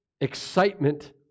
excitement